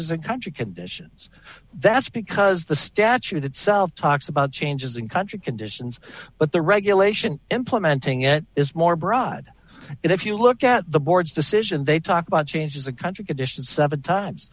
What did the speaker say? in country conditions that's because the statute itself talks about changes in country conditions but the regulation implementing it is more broad and if you look at the board's decision they talk about changes a country conditions seven times